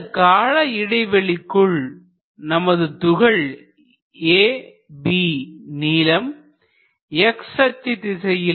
இந்த கால இடைவெளிக்குள் நமது துகள் A B நீளம் x அச்சு திசையில் அமைந்திருந்தவை இப்பொழுது x அச்சு பொருத்து Δα என்ற கோண அளவில் அமைந்துள்ளன